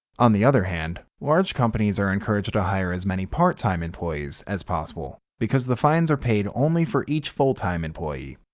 on the other hand, large companies are encouraged to hire as many part-time employees as possible, because the fines are paid only for each full-time employee.